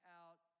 out